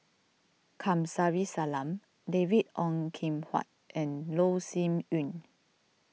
Kamsari Salam David Ong Kim Huat and Loh Sin Yun